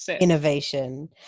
innovation